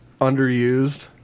underused